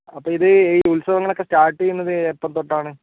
അപ്പോൾ ഇത് ഈ ഉത്സവങ്ങളൊക്കെ സ്റ്റാർട്ട് ചെയ്യുന്നത് എപ്പോൾ തൊട്ടാണ്